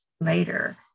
later